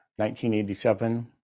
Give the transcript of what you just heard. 1987